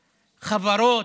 חברות,